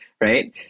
right